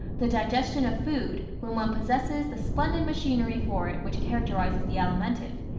the digestion of food, when one possesses the splendid machinery for it which characterizes the alimentive,